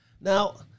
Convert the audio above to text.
Now